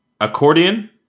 accordion